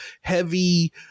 heavy